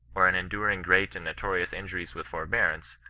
or in enduring great and notorious inju ries with forbearance,